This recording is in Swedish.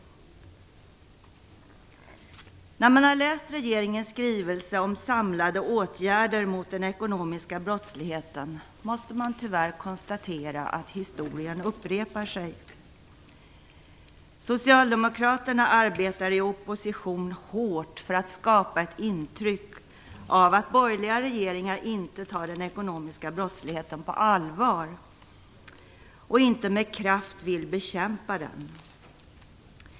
När man har läst regeringens skrivelse om samlade åtgärder mot den ekonomiska brottsligheten måste man tyvärr konstatera att historien upprepar sig. Socialdemokraterna arbetar i opposition hårt för att skapa ett intryck av att borgerliga regeringar inte tar den ekonomiska brottsligheten på allvar och inte med kraft vill bekämpa den.